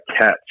catch